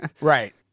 Right